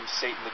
Satan